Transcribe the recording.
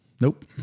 Nope